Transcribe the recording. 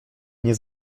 nie